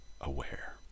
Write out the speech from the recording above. aware